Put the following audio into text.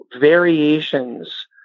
variations